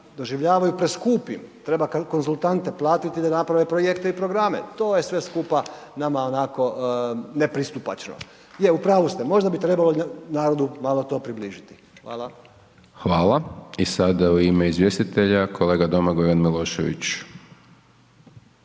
doživljavaju preskupim, treba konzultante platiti da naprave projekte i programe, to je sve skupa nama onako nepristupačno. Je, u pravu ste, možda bi trebalo narodu to približiti. **Hajdaš Dončić, Siniša (SDP)** Hvala. I sada u ime izvjestitelja, kolega Domagoj Ivan Milošević.